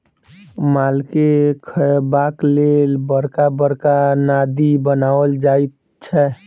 मालके खयबाक लेल बड़का बड़का नादि बनाओल जाइत छै